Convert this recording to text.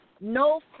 no